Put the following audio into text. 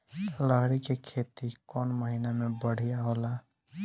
लहरी के खेती कौन महीना में बढ़िया होला?